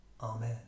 Amen